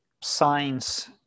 signs